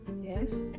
yes